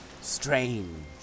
strange